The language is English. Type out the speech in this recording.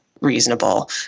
reasonable